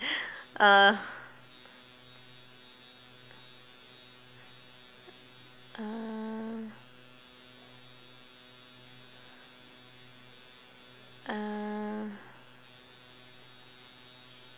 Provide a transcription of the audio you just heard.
uh uh uh